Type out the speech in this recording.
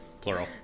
Plural